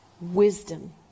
wisdom